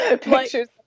pictures